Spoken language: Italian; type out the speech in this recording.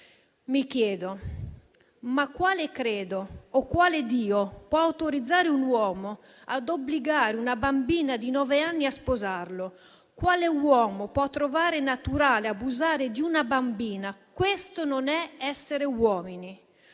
Mi chiedo quale credo o quale dio possano autorizzare un uomo ad obbligare una bambina di nove anni a sposarlo e quale uomo possa trovare naturale abusare di una bambina. Questo non è essere uomini.